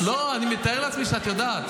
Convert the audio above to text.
אני אישרתי --- לא, אני מתאר לעצמי שאת יודעת.